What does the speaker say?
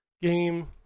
Game